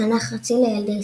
תנ"ך ארצי לילדי ישראל".